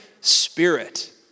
spirit